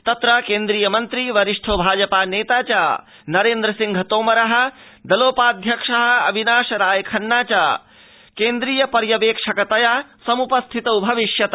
तत्र केन्द्रीयमन्त्री वरिष्ठो भाजपा नेता च नरेन्द्र सिंह तोमर दलोपाध्यक्ष अविनाश राय खन्ना च केन्द्रीय पर्यवेक्षकतया समुपस्थितौ भविष्यत